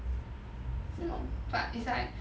是 lor but it's like